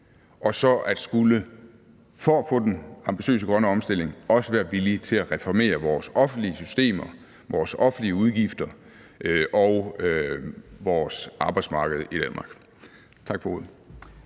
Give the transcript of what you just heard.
og så – for at få den ambitiøse grønne omstilling – være villig til at reformere vores offentlige systemer, vores offentlige udgifter og vores arbejdsmarked i Danmark. Tak for ordet.